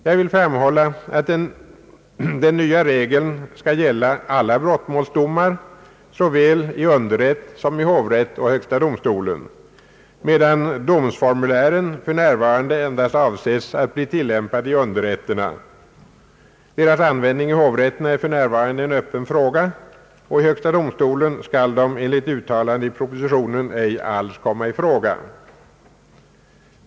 Jag vill framhålla att den nya regeln skall gälla alla brottmålsdomar såväl i underrätt som i hovrätt och i högsta domstolen, medan domsformulären för närvarande avses bli tillämpade endast i underrätterna. Deras användning i hovrätterna är för närvarande en öppen fråga, och i högsta domstolen skall de enligt uttalande i propositionen ej alls komma i fråga.